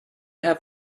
have